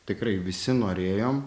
tikrai visi norėjom